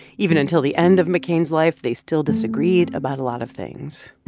even until the end of mccain's life, they still disagreed about a lot of things.